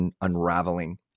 unraveling